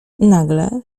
nagle